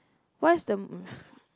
what's the uh